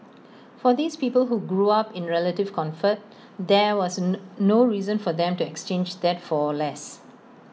for these people who grew up in relative comfort there was no reason for them to exchange that for less